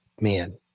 man